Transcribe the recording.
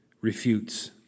refutes